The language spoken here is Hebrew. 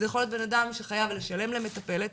זה יכול להיות בן-אדם שחייב לשלם למטפלת,